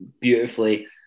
beautifully